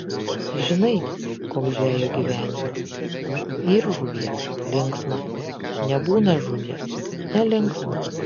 žinai koks žvejo gyvenimas yr žuvies linksma nebūna žuvies nelinksma